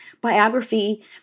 biography